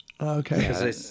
Okay